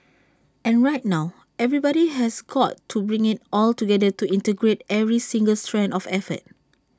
and right now everybody has got to bring IT all together to integrate every single strand of effort